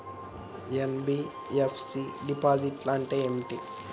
NBFC డిపాజిట్లను అంటే ఏంటి?